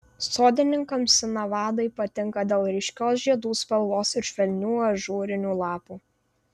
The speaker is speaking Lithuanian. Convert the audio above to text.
sodininkams sinavadai patinka dėl ryškios žiedų spalvos ir švelnių ažūrinių lapų